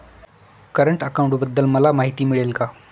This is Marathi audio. करंट अकाउंटबद्दल मला माहिती मिळेल का?